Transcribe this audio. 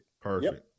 perfect